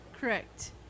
Correct